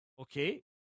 okay